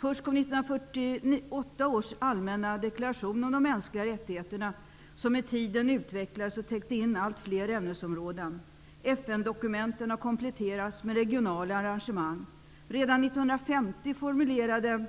Först kom 1948 års allmänna deklaration om de mänskliga rättigheterna. Den utvecklades med tiden och kom att täcka in allt fler ämnesområden. FN-dokumenten har kompletterats med regionala arrangemang. Redan 1950 formulerade